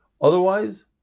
Otherwise